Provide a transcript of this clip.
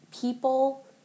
People